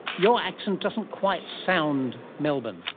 your accent doesn't quite sound melbourne.